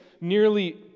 nearly